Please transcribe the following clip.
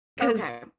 okay